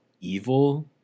evil